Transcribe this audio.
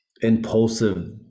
impulsive